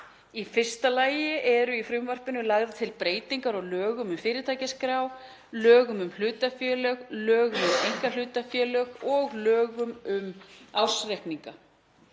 Í fyrsta lagi eru í frumvarpinu lagðar til breytingar á lögum um fyrirtækjaskrá, lögum um hlutafélög, lögum um einkahlutafélög og lögum um ársreikninga.